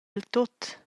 diltut